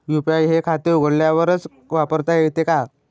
UPI हे खाते उघडल्यावरच वापरता येते का?